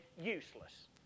useless